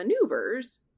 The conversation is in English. maneuvers